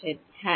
ছাত্র হ্যাঁ